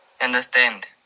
understand